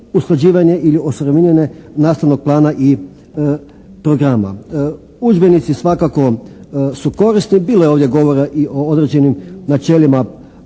usklađivanje ili osuvremenjivanje nastavnog plana i programa. Udžbenici svakako su korisni. Bilo je ovdje govora i o određenim načelima